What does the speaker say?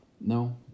No